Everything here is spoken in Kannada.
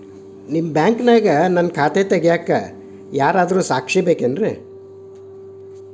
ನಿಮ್ಮ ಬ್ಯಾಂಕಿನ್ಯಾಗ ನನ್ನ ಖಾತೆ ತೆಗೆಯಾಕ್ ಯಾರಾದ್ರೂ ಸಾಕ್ಷಿ ಬೇಕೇನ್ರಿ?